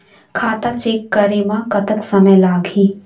खाता चेक करे म कतक समय लगही?